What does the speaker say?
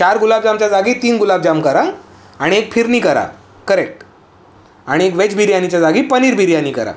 चार गुलाबजामच्या जागी तीन गुलाबजाम करा आणि एक फिरनी करा करेक्ट आणि वेज बिर्यानीच्या जागी पनीर बिर्यानी करा